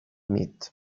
meat